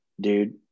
dude